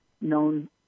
known